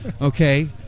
Okay